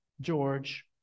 George